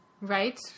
Right